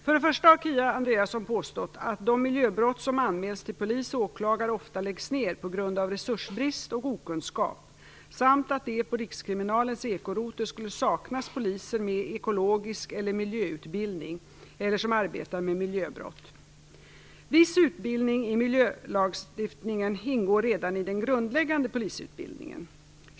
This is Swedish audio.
För det första har Kia Andreasson påstått att utredningen av de miljöbrott som anmäls till polis och åklagare ofta läggs ned på grund av resursbrist och okunskap samt att det på Rikskriminalens ekorotel skulle saknas poliser med ekologisk utbildning eller miljöutbildning, eller som arbetar med miljöbrott. Viss utbildning i miljölagstiftningen ingår redan i den grundläggande polisutbildningen.